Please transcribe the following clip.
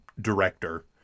director